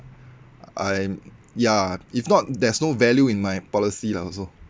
I'm ya if not there's no value in my policy lah also